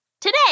Today